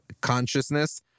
consciousness